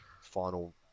final